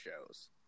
shows